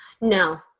No